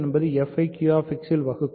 என்பது f ஐ QX யில் வகுக்கும்